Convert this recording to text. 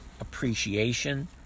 appreciation